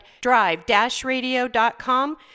drive-radio.com